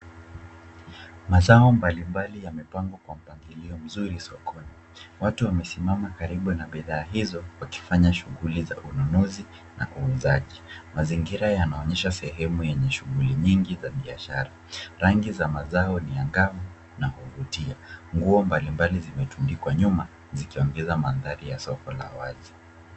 Mazao mbalimbali yamepangwa kwa mpangilio mzuri sokoni. Watu wamesimama karibu na bidhaa hizo wakifanya shughuli za ununuzi na uuzaji. Mazingira yanaonyesha sehemu yenye shughuli nyingi za biashara. Rangi za mazao ni angavu na kuvutia. Nguo mbalimballi zimetundikwa nyuma zikiongeza mandhari ya soko la wazi.